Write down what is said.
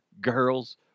girls